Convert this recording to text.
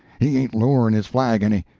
he ain't lowering his flag any!